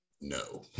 no